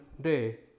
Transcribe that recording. day